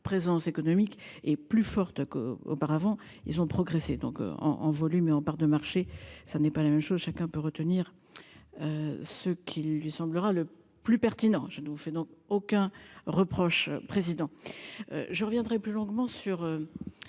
présence économique est plus forte qu'auparavant, ils ont progressé donc en en volume et en parts de marché, ça n'est pas la même chose. Chacun peut retenir. Ce qui lui semblera le plus pertinent, je nous fais donc aucun reproche président. Je reviendrai plus longuement sur.